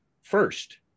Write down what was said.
FIRST